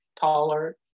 taller